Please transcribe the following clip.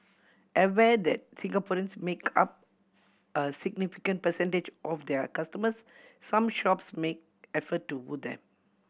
aware that Singaporeans make up a significant percentage of their customers some shops make effort to woo them